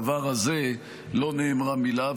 אבל על הדבר הזה לא נאמרה מילה.